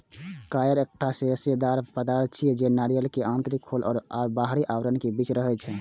coir एकटा रेशेदार पदार्थ छियै, जे नारियल के आंतरिक खोल आ बाहरी आवरणक बीच रहै छै